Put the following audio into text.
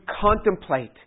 contemplate